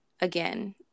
again